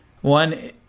one